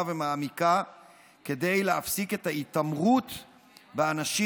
ומעמיקה כדי להפסיק את ההתעמרות באנשים,